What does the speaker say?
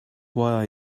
why